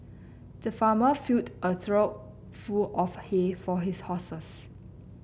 the farmer filled a trough full of hay for his horses